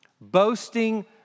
Boasting